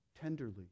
tenderly